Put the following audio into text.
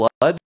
blood